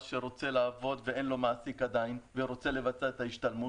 שרוצה לעבוד ואין לו מעסיק עדיין ורוצה לבצע את ההשתלמות?